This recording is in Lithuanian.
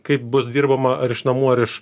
kaip bus dirbama ar iš namų ar iš